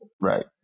right